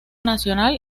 nacional